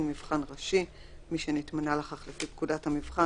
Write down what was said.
מבחן ראשי" מי שנתמנה לכך לפי פקודת המבחן,